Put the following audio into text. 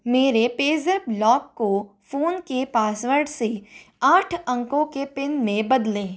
मेरे PayZapp lock को phone के पासवर्ड से आठ अंकों के पिन में बदलें